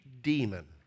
demon